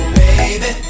baby